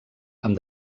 amb